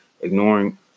Ignoring